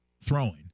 throwing